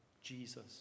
Jesus